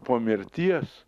po mirties